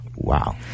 Wow